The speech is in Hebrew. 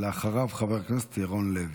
ואחריו, חבר הכנסת ירון לוי.